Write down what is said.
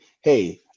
hey